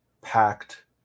packed